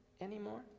anymore